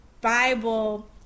bible